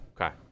Okay